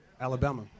Alabama